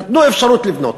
נתנו אפשרות לבנות.